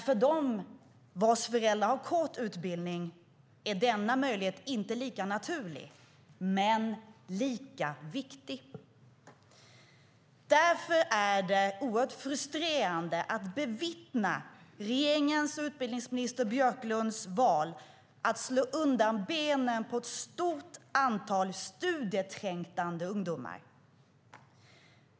För den vars föräldrar har kort utbildning är denna möjlighet inte lika naturlig, men lika viktig. Därför är det frustrerande att bevittna regeringens och utbildningsminister Björklunds val att slå undan benen på ett stort antal studieträngtande ungdomar.